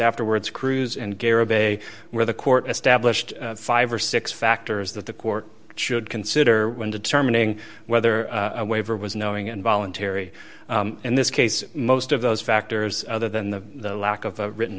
afterwards cruz and cara bay where the court established five or six factors that the court should consider when determining whether a waiver was knowing involuntary in this case most of those factors other than the lack of a written